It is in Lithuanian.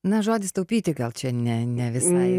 na žodis taupyti gal čia ne ne visai